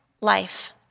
life